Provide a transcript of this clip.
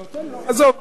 אבל אני יכול לדבר?